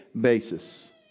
basis